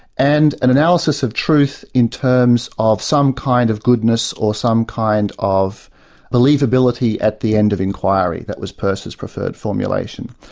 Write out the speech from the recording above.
and an analysis of truth in terms of some kind of goodness, or some kind of believability at the end of enquiry. that was peirce's preferred formulation.